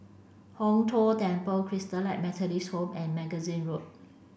Hong Tho Temple Christalite Methodist Home and Magazine Road